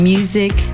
Music